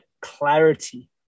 clarity